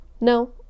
No